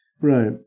Right